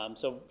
um so